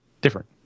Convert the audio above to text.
different